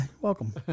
Welcome